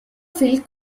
film